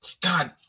God